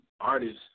Artists